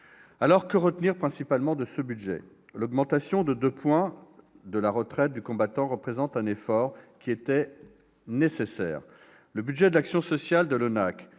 Alors, que retenir principalement de ce budget ? L'augmentation de deux points de la retraite du combattant représente un effort qui était nécessaire. Le budget de l'action sociale de l'ONAC-VG,